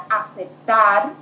aceptar